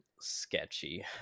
sketchy